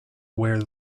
where